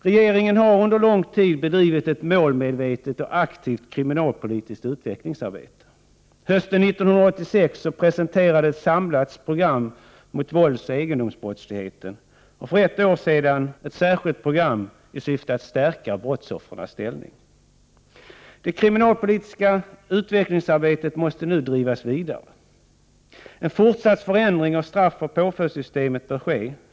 Regeringen har under lång tid bedrivit ett målmedvetet och aktivt kriminalpolitiskt utvecklingsarbete. Hösten 1986 presenterades ett samlat program mot våldsoch egendomsbrottsligheten och för ett år sedan ett särskilt program i syfte att stärka brottsoffrens ställning. Det kriminalpolitiska utvecklingsarbetet måste nu drivas vidare. En fortsatt förändring av straffoch påföljdssystemet bör ske.